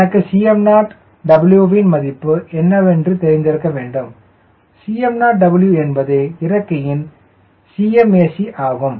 எனக்கு Cm0Wயின் மதிப்பு என்னவென்று தெரிந்திருக்க வேண்டும் Cm0W என்பது இறக்கையின் Cmac ஆகும்